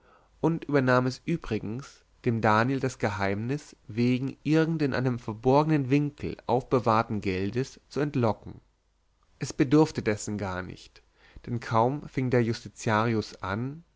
und übernahm es übrigens dem daniel das geheimnis wegen irgend in einem verborgenen winkel aufbewahrten geldes zu entlocken es bedurfte dessen gar nicht denn kaum fing der justitiarius an